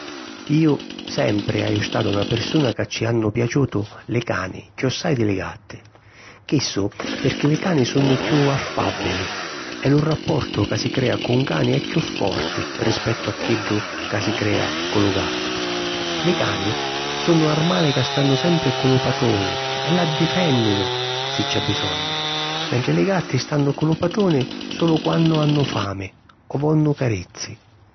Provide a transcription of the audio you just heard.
Iu sempri haju statu na pirsuna ca ci hannu piaciutu li cani chiossai di li gatti. Chissu pirchì li cani sunnu chiù affàbbili e lu rapportu ca si crea cu un cani è chiù forti rispettu a chiddu ca si crea cu lu gattu. Li cani sunnu armali ca stannu sempri cu lu patruni e l'addifènninu si c’è bisognu, mentri li gatti stannu cu lu patruni sulu quannu hannu fami o vonnu carizzi.